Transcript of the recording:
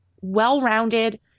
well-rounded